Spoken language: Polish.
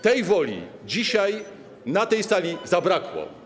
Tej woli dzisiaj na tej sali zabrakło.